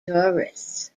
tourists